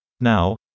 Now